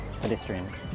pedestrians